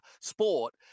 sport